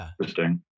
interesting